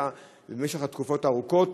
אלא במשך תקופות ארוכות,